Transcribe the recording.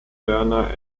werner